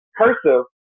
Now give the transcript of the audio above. cursive